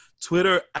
Twitter